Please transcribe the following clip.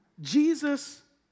Jesus